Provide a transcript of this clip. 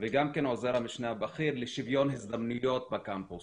המשנה הבכיר לשוויון הזדמנויות בקמפוס.